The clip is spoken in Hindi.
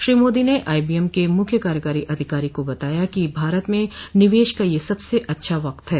श्री मोदी ने आईबीएम के मुख्य कार्यकारी अधिकारी को बताया कि भारत में निवेश का यह सबसे अच्छा वक्त है